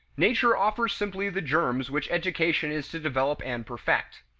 nature offers simply the germs which education is to develop and perfect.